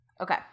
Okay